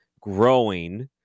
growing